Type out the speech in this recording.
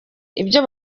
ibyo